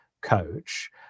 coach